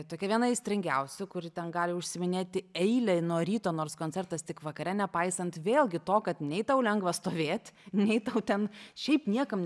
tokia viena aistringiausių kuri ten gali užsiiminėti eilę nuo ryto nors koncertas tik vakare nepaisant vėlgi to kad nei tau lengva stovėt nei tau ten šiaip niekam